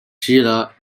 sheila